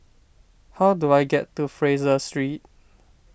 how do I get to Fraser Street